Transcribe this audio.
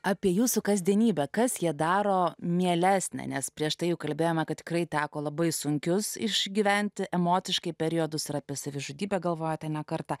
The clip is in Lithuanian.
apie jūsų kasdienybę kas ją daro mielesnė nes prieš tai kalbėjome kad tikrai teko labai sunkius išgyventi emociškai periodus apie savižudybę galvota ne kartą